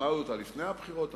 אמרנו אותה לפני הבחירות,